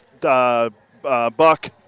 Buck